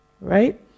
right